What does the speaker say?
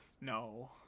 No